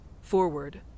Forward